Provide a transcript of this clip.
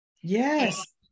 Yes